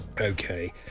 Okay